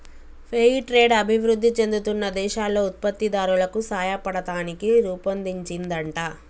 fair trade అభివృధి చెందుతున్న దేశాల్లో ఉత్పత్తి దారులకు సాయపడతానికి రుపొన్దించిందంట